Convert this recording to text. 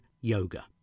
yoga